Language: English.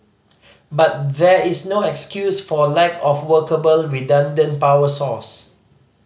but there is no excuse for lack of workable redundant power source